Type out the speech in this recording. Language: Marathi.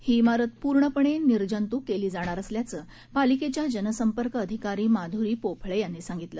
ही इमारत पूर्णपणे निर्जंतुक केली जाणार असल्याचं पालिकेच्या जनसंपर्क अधिकारी माधुरी पोफळे यांनी सांगितलं